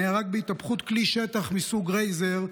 נהרג בהתהפכות כלי שטח מסוג רייזר,